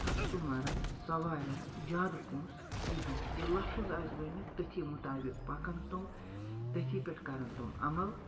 کَسٹٕمَرَن سوارٮ۪ن زیادٕ پونٛسہٕ کِہیٖنۍ یہِ لفظ آسہِ گۄڈنٮ۪تھ تٔتھی مُطابق پَکَن تِم تٔتھی پٮ۪ٹھ کَرَن تِم عمل